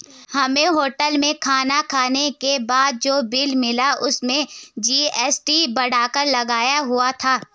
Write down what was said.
हमें होटल में खाना खाने के बाद जो बिल मिला उसमें जी.एस.टी बढ़ाकर लगाया हुआ था